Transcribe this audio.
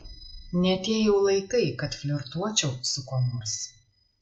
ne tie jau laikai kad flirtuočiau su kuo nors